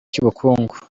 cy’ubukungu